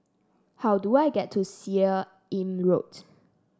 how do I get to Seah Im Road